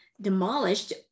demolished